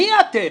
מי אתם?